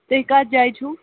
تُہۍ کَتھ جایہِ چھِو